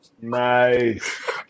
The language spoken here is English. Nice